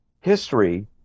history